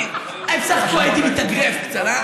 בסך הכול הייתי מתאגרף קצת.